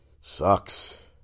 sucks